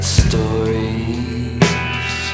stories